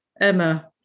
Emma